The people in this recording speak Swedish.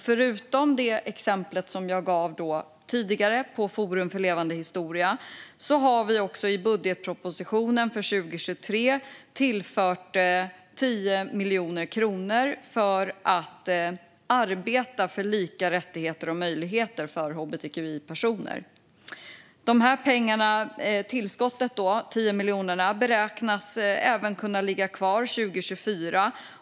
Förutom det exempel som jag gav tidigare, Forum för levande historia, har vi också i budgetpropositionen för 2023 tillfört 10 miljoner kronor för arbete för lika rättigheter och möjligheter för hbtqi-personer. Detta tillskott på 10 miljoner kronor beräknas även kunna ligga kvar 2024.